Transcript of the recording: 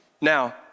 Now